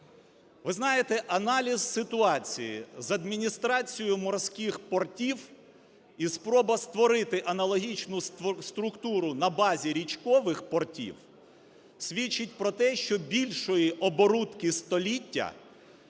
Ви знаєте, аналіз ситуації з Адміністрацією морських портів і спроба створити аналогічну структуру на базі річкових портів свідчить про те, що більшої оборудки століття